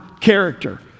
character